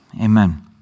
amen